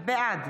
בעד